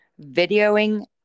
videoing